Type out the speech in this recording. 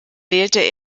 wählte